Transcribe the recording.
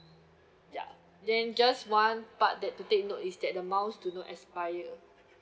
ya then just one part that to note is that the miles do not expire